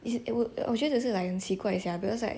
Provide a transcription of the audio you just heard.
is it at would 我觉得是 like 很奇怪 sia because like